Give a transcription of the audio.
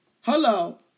Hello